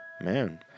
Man